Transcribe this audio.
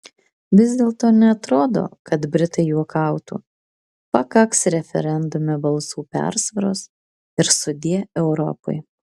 vis dėlto neatrodo kad britai juokautų pakaks referendume balsų persvaros ir sudie europai